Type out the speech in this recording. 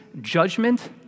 judgment